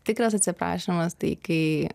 tikras atsiprašymas tai kai